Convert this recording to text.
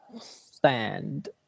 stand